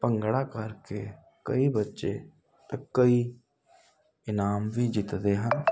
ਭੰਗੜਾ ਕਰਕੇ ਕਈ ਬੱਚੇ ਕਈ ਇਨਾਮ ਵੀ ਜਿੱਤਦੇ ਹਨ